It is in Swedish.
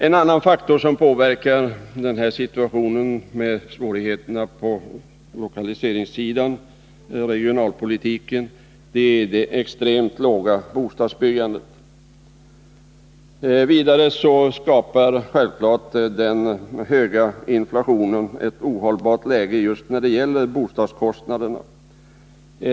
En annan faktor som påverkar den regionalpolitiska situationen är det extremt låga bostadsbyggandet. Vidare skapar givetvis den stora inflationen ett ohållbart läge just när det gäller bostadskostnaderna.